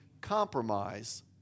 compromise